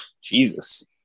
Jesus